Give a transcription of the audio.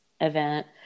event